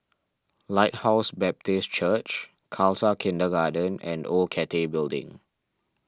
Lighthouse Baptist Church Khalsa Kindergarten and Old Cathay Building